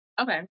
Okay